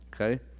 Okay